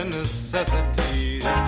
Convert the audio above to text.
necessities